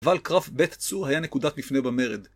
אבל קרב בית צו היה נקודת מפנה במרד.